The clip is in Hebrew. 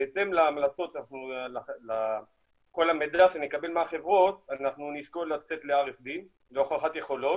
בהתאם לכל המידע שנקבל מהחברות נשקול לצאת ל-RFP והוכחת יכולות'